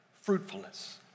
fruitfulness